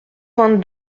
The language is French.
vingt